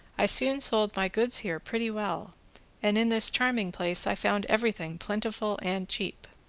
i soon sold my goods here pretty well and in this charming place i found every thing plentiful and cheap.